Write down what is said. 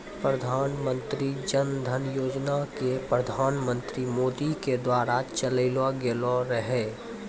प्रधानमन्त्री जन धन योजना के प्रधानमन्त्री मोदी के द्वारा चलैलो गेलो रहै